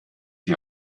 die